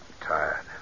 tired